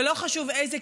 ולא חשוב איזה,